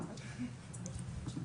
לחודש?